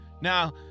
Now